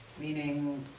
Meaning